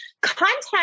Content